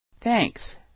Thanks